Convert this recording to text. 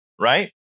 right